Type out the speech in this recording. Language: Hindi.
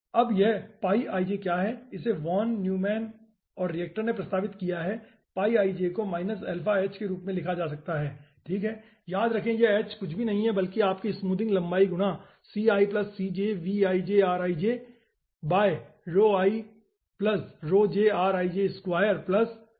अब यह क्या है इसे वॉन न्यूमैन और रिक्टर ने प्रस्तावित किया को के रूप में लिखा जा सकता है ठीक है याद रखें कि यह h कुछ भी नहीं है बल्कि आपकी स्मूथिंग लंबाई गुणा है ठीक है